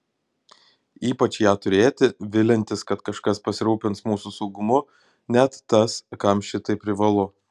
ypač ją turėti viliantis kad kažkas pasirūpins mūsų saugumu net tas kam šitai privalu